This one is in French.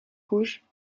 rouges